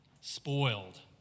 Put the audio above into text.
spoiled